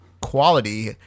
quality